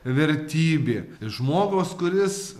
vertybė žmogus kuris